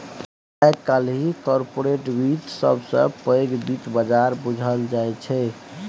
आइ काल्हि कारपोरेट बित्त सबसँ पैघ बित्त बजार बुझल जाइ छै